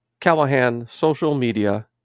callahansocialmedia